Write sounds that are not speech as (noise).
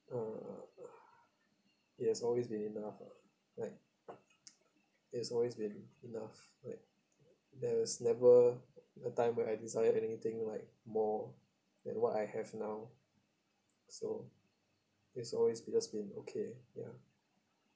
(noise) it has always been enough ah like it's always been enough like there was never a time where I desire anything like more than what I have now so it's always it has been okay ya